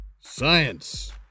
Science